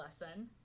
lesson